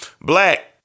black